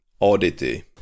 oddity